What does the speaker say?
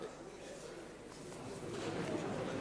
לאורח?